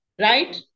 right